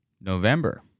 November